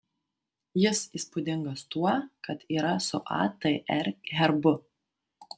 jis įspūdingas tuo kad yra su atr herbu